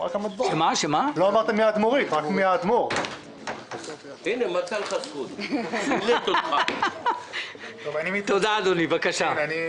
רקע שהחל כמפקד יחידת המבקר הפנימי של צה"ל וכסגן מבקר צה"ל בין השנים